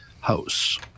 House